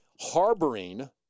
Harboring